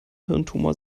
hirntumor